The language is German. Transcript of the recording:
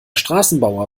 straßenbauer